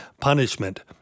punishment